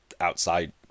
outside